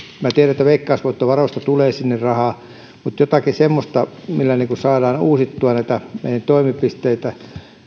minä tiedän että veikkausvoittovaroista tulee sinne rahaa mutta pitäisi olla jotakin semmoista millä saadaan uusittua näitä toimipisteitä